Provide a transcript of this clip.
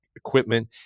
equipment